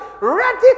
Ready